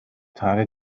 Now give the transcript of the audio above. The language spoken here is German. tage